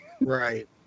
right